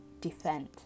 defend